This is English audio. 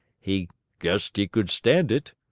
he guessed he could stand it.